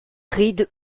rides